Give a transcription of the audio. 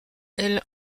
elle